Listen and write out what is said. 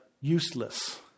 useless